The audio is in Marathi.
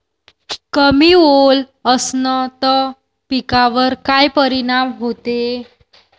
कमी ओल असनं त पिकावर काय परिनाम होते?